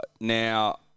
Now